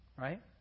right